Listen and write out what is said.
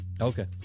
Okay